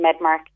Medmark